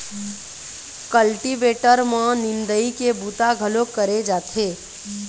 cultivator म निंदई के बूता घलोक करे जाथे